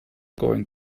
going